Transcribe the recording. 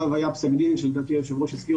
היה פסק דין שלדעתי היושב ראש הזכיר